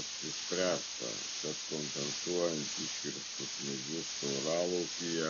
apsispręsta kad kompensuojant iškirstus medžius tauralaukyje